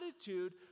attitude